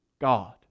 God